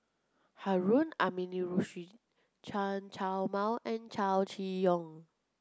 Harun Aminurrashid Chen Chow Mao and Chow Chee Yong